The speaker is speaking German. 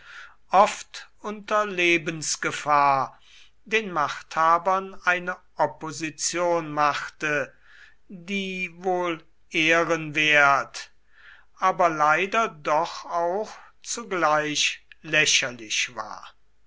oft unter lebensgefahr den machthabern eine opposition machte die wohl ehrenwert aber leider doch auch zugleich lächerlich war